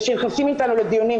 ושנכנסים איתנו לדיונים,